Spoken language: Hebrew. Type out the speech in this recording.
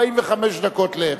45 דקות לערך.